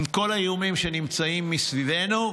עם כל האיומים שנמצאים מסביבנו,